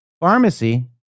Pharmacy